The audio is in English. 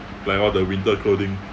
like all the winter clothing